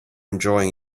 enjoying